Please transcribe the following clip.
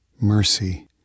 mercy